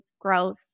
growth